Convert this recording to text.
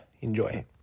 Enjoy